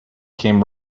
came